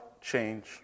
change